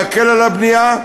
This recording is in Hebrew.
להקל את הבנייה,